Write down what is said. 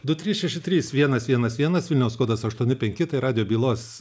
du trys šeši trys vienas vienas vienas vilniaus kodas aštuoni penki tai radijo bylos